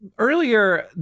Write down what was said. Earlier